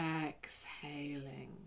exhaling